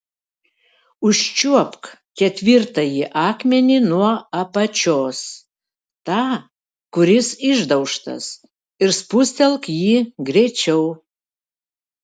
užčiuopk ketvirtąjį akmenį nuo apačios tą kuris išdaužtas ir spustelk jį greičiau